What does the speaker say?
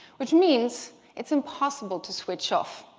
which means it's impossible to switch off.